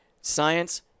science